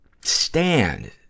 stand